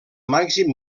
màxim